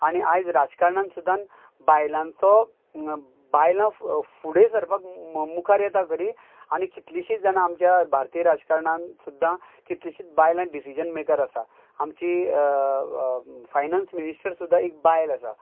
आनी आयज राजकारणान सुद्दांन बायलांचो बायलां फु फुडें सरपाक मुखार येता खरीं आनी कितलीशींच जाणां आमच्या भारतीय राजकारणान सुद्दां कितलीशींत बायलां डिसिजन मेकर आसा आमची फायनान्स मिनिस्टर सुद्दां एक बायल आसा